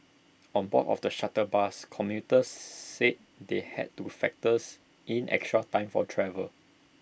on board of the shuttle bus commuters said they had to factors in extra time for travel